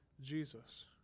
Jesus